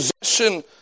possession